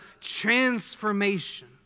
transformation